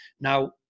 Now